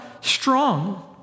strong